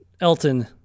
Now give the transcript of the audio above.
Elton